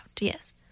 Yes